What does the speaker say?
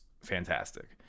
fantastic